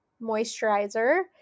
moisturizer